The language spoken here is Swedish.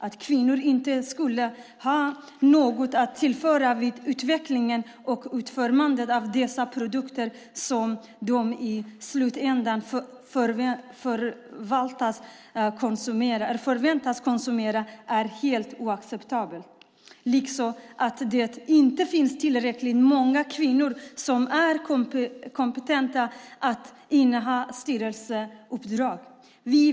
Att kvinnor inte skulle ha något att tillföra vid utvecklingen och utformandet av dessa produkter, som de i slutändan förväntas konsumera, är helt oacceptabelt, liksom att det inte skulle finnas tillräckligt många kvinnor som är kompetenta att inneha styrelseuppdrag.